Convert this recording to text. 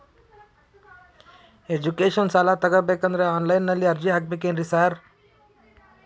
Education ಸಾಲ ತಗಬೇಕಂದ್ರೆ online ನಲ್ಲಿ ಅರ್ಜಿ ಹಾಕ್ಬೇಕೇನ್ರಿ ಸಾರ್?